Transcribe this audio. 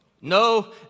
No